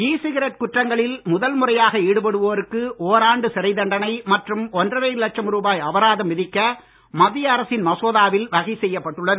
இ cigarette குற்றங்களில் முதல்முறையாக ஈடுபடுவோருக்கு ஓராண்டு சிறை தண்டனை மற்றும் ஒன்றரை லட்சம் ரூபாய் அபராதம் விதிக்க மத்திய அரசின் மசோதாவில் வகை செய்யப்பட்டுள்ளது